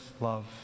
love